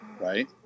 right